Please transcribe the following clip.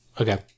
Okay